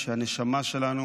כשהנשמה שלנו